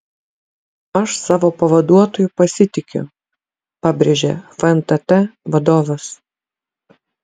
aš savo pavaduotoju pasitikiu pabrėžė fntt vadovas